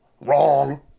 Wrong